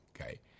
Okay